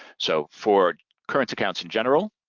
so for current accounts in general,